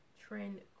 trend